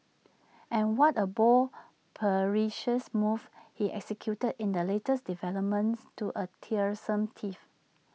and what A bold perilous move he executed in the latest development to A tiresome tiff